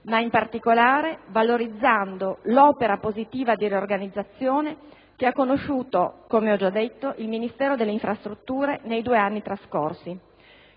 ma in particolare valorizzando l'opera positiva di riorganizzazione che, come ho già detto, ha conosciuto il Ministero delle infrastrutture nei due anni trascorsi.